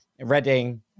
Reading